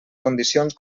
condicions